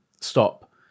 stop